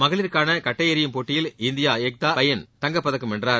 மகளிருக்கான கட்டை எறியும் போட்டியில் இந்தியாவின் ஏக்தா பைய்யன் தங்கப்பதக்கம் வென்றார்